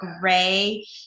gray